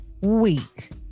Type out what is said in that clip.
week